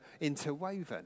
interwoven